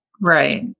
right